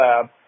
Lab